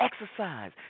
exercise